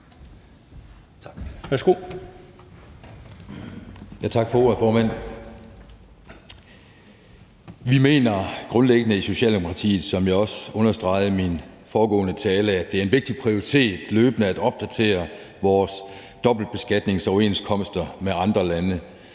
Vi mener grundlæggende i Socialdemokratiet, som jeg også understregede i min foregående tale, at det er en vigtig prioritet løbende at opdatere vores dobbeltbeskatningsoverenskomster med andre lande.